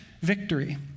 victory